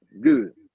good